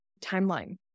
timeline